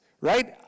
right